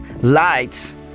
lights